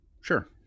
Sure